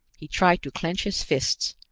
he tried to clench his fists,